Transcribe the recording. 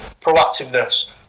Proactiveness